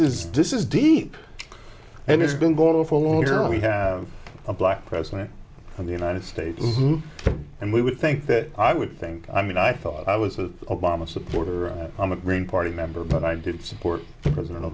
is this is deep and it's been going on for longer we have a black president of the united states and we would think that i would think i mean i thought i was an obama supporter i'm a green party member but i did support president